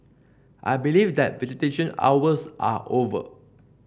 I believe that visitation hours are over